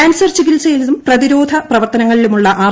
cancer ചികിത്സയിലും പ്രതിരോധ പ്രവർത്തനങ്ങളിലുമുള്ള ആർ